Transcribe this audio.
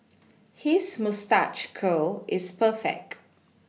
his moustache curl is perfect